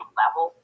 level